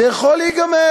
זה יכול להיגמר,